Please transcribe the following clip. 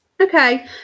okay